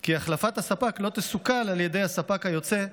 כי החלפת הספק לא תסוכל על ידי הספק היוצא,